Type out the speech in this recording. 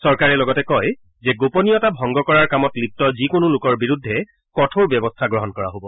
চৰকাৰে লগতে কয় যে গোপনীয়তা ভংগ কৰাৰ কামত লিগু যিকোনো লোকৰ বিৰুদ্ধে কঠোৰ ব্যৱস্থা গ্ৰহণ কৰা হব